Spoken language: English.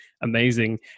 amazing